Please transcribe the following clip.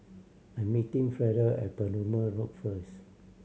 I'm meeting Frieda at Perumal Road first